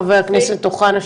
חבר הכנסת אוחנה,